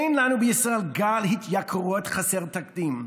אין לנו בישראל גל התייקרויות חסר תקדים.